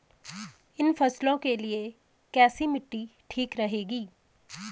इन फसलों के लिए कैसी मिट्टी ठीक रहेगी?